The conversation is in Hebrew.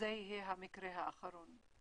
שזה יהיה המקרה האחרון.